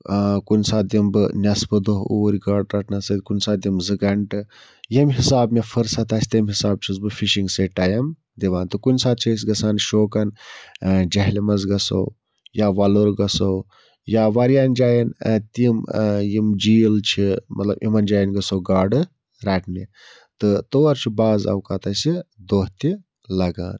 ٲں کُنہِ ساتہٕ دِمہٕ بہٕ نیٚصفہٕ دۄہ اوٗرۍ گاڑٕ رَٹنَس سۭتۍ کُنہِ ساتہٕ دِمہٕ زٕ گَھنٹہٕ ییٚمہِ حِسابہٕ مےٚ فٕرصت آسہِ تَمہِ حِسابہٕ چھُس بہٕ فِشِنٛگ سۭتۍ ٹایم دِوان تہٕ کُنہِ ساتہٕ چھِ أسۍ گژھان شوقَن ٲں جہلِمَس گژھو یا وَلُر گژھو یا واریاہَن جایَن ٲں تِم ٲں یِم جھیٖل چھِ مَطلب یِمَن جایَن گژھو گاڑٕ رَٹنہِ تہٕ تور چھُ بعض اوقات اسہِ دۄہ تہِ لَگان